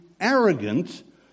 arrogant